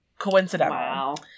Coincidental